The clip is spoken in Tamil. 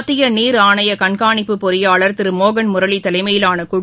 மத்தியநீர் ஆணையகண்காணிப்பு பொறியாளர் திருமோகன் முரளிதலைமையிலான குழு